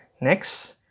Next